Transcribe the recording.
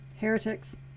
heretics